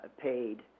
paid